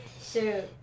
Shoot